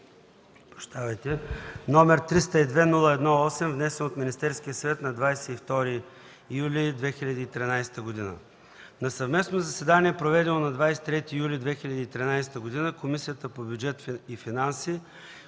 г., № 302-01-8, внесен от Министерския съвет на 22 юли 2013 г. На съвместно заседание, проведено на 23 юли 2013 г., Комисията по бюджет и финанси,